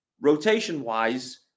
Rotation-wise